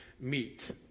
meet